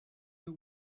you